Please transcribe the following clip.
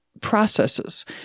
processes